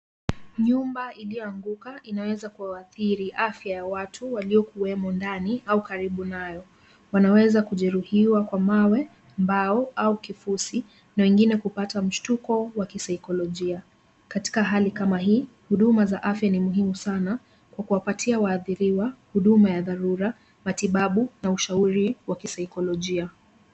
Nyumba iliyoanguka inaweza kuathiri afya ya watu waliokuwemo ndani au karibu nayo. Wanaweza kujeruhiwa kwa mawe, mbao au kifusi na wengine kupata mshtuko wa kisaikolojia. Katika hali kama hii, huduma za afya ni muhimu sana kwa kuwapatia waathiriwa huduma ya dharura, matibabu na ushauri wa kisaikolojia.